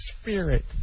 spirit